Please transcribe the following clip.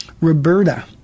Roberta